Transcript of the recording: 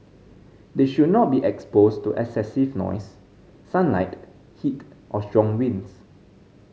they should not be exposed to excessive noise sunlight heat or strong winds